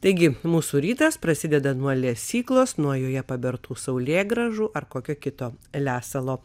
taigi mūsų rytas prasideda nuo lesyklos nuo joje pabertų saulėgrąžų ar kokio kito lesalo